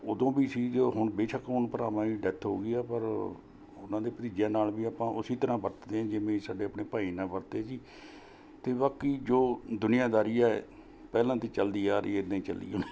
ਉਦੋਂ ਵੀ ਸੀ ਜੋ ਹੁਣ ਬੇਸ਼ੱਕ ਹੁਣ ਭਰਾਵਾਂ ਦੀ ਡੈੱਥ ਹੋ ਗਈ ਹੈ ਪਰ ਉਹਨਾਂ ਦੇ ਭਤੀਜਿਆਂ ਨਾਲ਼ ਵੀ ਆਪਾਂ ਉਸ ਤਰ੍ਹਾਂ ਵਰਤਦੇ ਹਾਂ ਜਿਵੇਂ ਸਾਡੇ ਆਪਣੇ ਭਾਈ ਨਾਲ ਵਰਤੇ ਜੀ ਅਤੇ ਬਾਕੀ ਜੋ ਦੁਨੀਆਂਦਾਰੀ ਹੈ ਪਹਿਲਾਂ ਤੋਂ ਚੱਲਦੀ ਆ ਰਹੀ ਇੱਦਾਂ ਹੀ ਚੱਲੀ